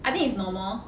I think it's normal